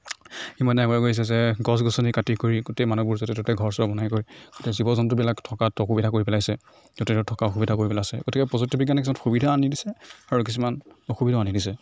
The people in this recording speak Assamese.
ইমানেই যে গছ গছনি কাটি কৰি গোটেই মানুহবোৰ য'তে ত'তে ঘৰ বনাই কৰি তাতে জীৱ জন্তুবিলাক থকাত অসুবিধা কৰি পেলাইছে য'তে ত'তে থকা অসুবিধা কৰি পেলাইছে গতিকে প্ৰযুক্তিবিজ্ঞানে কিছুমান সুবিধা আনি দিছে আৰু কিছুমান অসুবিধাও আনি দিছে